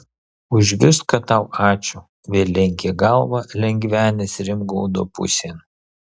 už viską tau ačiū vėl lenkė galvą lengvenis rimgaudo pusėn